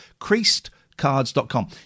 CreasedCards.com